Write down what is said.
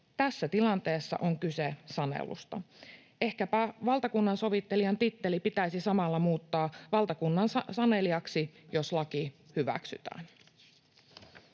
Tässä tilanteessa on kyse sanelusta. Ehkäpä valtakunnansovittelijan titteli pitäisi samalla muuttaa valtakunnansanelijaksi, jos laki hyväksytään.